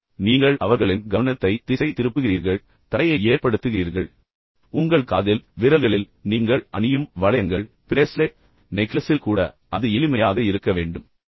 எனவே நீங்கள் அவர்களின் கவனத்தை திசை திருப்புகிறீர்கள் தடையை ஏற்படுத்துகிறீர்கள் உங்கள் காதில் விரல்களில் நீங்கள் அணியும் வளையங்கள் மற்றும் பிரெஸ்லெட் நெக்லஸில் கூட அது எளிமையாக இருக்க வேண்டும்